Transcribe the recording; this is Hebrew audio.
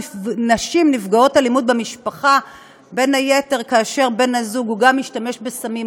נשים נפגעות אלימות במשפחה בין היתר כאשר בן-הזוג הוא גם משתמש בסמים,